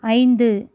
ஐந்து